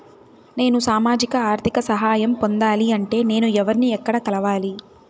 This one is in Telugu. నేను సామాజిక ఆర్థిక సహాయం పొందాలి అంటే నేను ఎవర్ని ఎక్కడ కలవాలి?